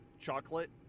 chocolate